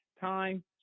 time